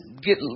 get